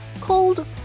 called